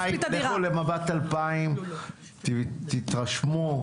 לכו ל- ״מבט 2,000״ ותתרשמו.